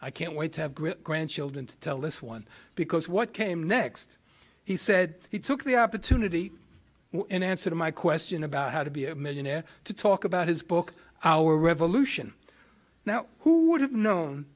i can't wait to have great grandchildren to tell this one because what came next he said he took the opportunity in answer to my question about how to be a millionaire to talk about his book our revolution now who would have known